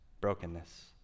brokenness